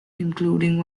including